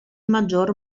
maggior